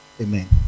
Amen